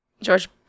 George